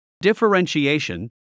differentiation